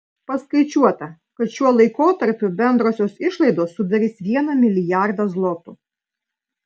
paskaičiuota kad šiuo laikotarpiu bendrosios išlaidos sudarys vieną milijardą zlotų